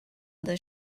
this